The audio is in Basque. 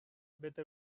bete